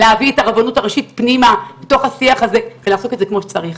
להביא את הרבנות הראשית פנימה לתוך השיח הזה ולעשות את זה כמו שצריך.